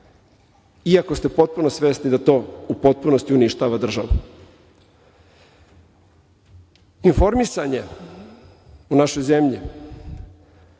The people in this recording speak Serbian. iako ste potpuno svesni da to u potpunosti uništava državu. Informisanje u našoj zemlji